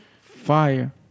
fire